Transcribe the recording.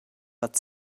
but